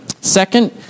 Second